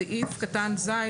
סעיף קטן (ז),